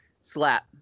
Slap